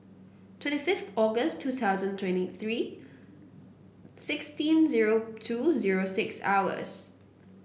twenty fifth August two thousand and twenty three sixteen zero two zero six hours